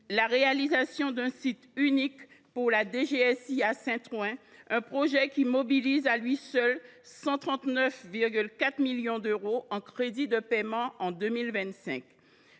la création d’un site unique pour la DGSI, à Saint Ouen, projet qui mobilise à lui seul 139,4 millions d’euros en crédits de paiement au titre